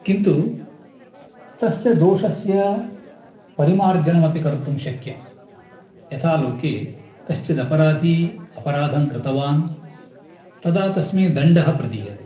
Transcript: किन्तु तस्य दोषस्य परिमार्जनमपि कर्तुं शक्यं यथा लोके कश्चिद् अपराधी अपराधं कृतवान् तदा तस्मै दण्डः प्रदीयते